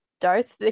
Darth